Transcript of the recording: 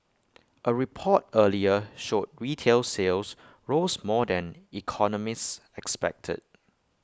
A report earlier showed retail sales rose more than economists expected